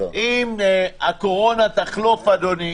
אם הקורונה תחלוף, אדוני,